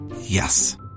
Yes